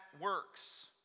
works